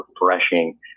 refreshing